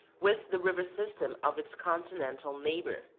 with the river system of its continental neighbor.